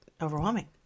overwhelming